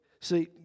see